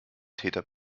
täter